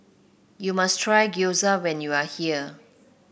you must try Gyoza when you are here